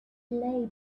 lay